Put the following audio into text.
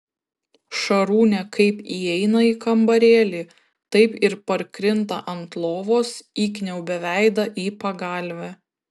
šarūnė kaip įeina į kambarėlį taip ir parkrinta ant lovos įkniaubia veidą į pagalvę